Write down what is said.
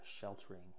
sheltering